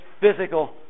physical